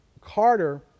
Carter